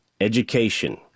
education